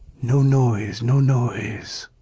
no noise, no noise.